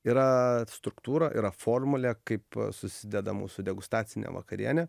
yra struktūra yra formulė kaip susideda mūsų degustacinė vakarienė